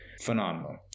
Phenomenal